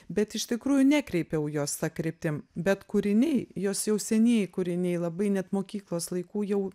bet iš tikrųjų nekreipiau jos ta kryptim bet kūriniai jos jau senieji kūriniai labai net mokyklos laikų jau